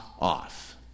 off